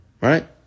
right